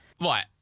Right